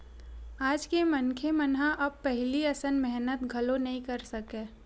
आज के मनखे मन ह अब पहिली असन मेहनत घलो नइ कर सकय